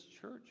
church